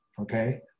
Okay